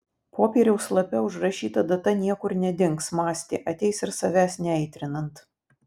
popieriaus lape užrašyta data niekur nedings mąstė ateis ir savęs neaitrinant